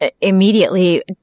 immediately